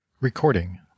Recording